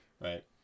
Right